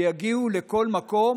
שיגיעו לכל מקום